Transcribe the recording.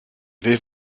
vais